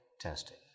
testing